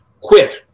quit